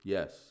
Yes